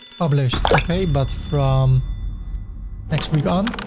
published. okay. but from next week on,